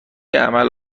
عمل